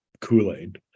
kool-aid